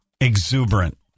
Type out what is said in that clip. exuberant